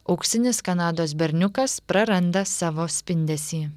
auksinis kanados berniukas praranda savo spindesį